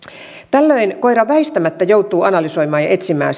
tällöin koira väistämättä joutuu analysoimaan ja etsimään